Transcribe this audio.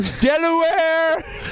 Delaware